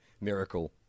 miracle